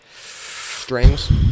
Strings